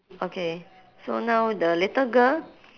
okay so now the little girl